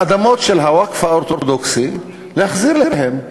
את האדמות של הווקף האורתודוקסי להחזיר להם.